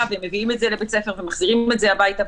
ומביאים את זה לבית ספר ומחזירים את זה הביתה,